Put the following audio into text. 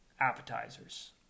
appetizers